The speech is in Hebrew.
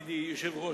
ידידי היושב-ראש,